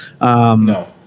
No